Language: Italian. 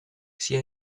sia